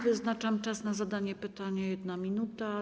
Wyznaczam czas na zadanie pytania - 1 minuta.